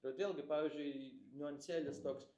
todėl gi pavyzdžiui niuansėlis toks